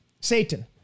Satan